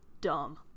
dumb